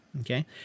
Okay